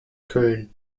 köln